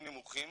מוריד לי ל-40.